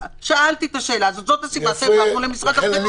הזמנו את משרד הבריאות,